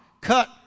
cut